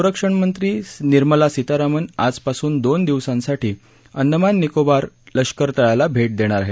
संरक्षणमंत्री निर्मला सीतारामन आजपासून दोन दिवसांसाठी अंदमान निकोबार लष्कर तळाला भेट देणार आहेत